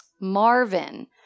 Marvin